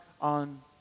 on